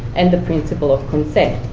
and the principle of consent.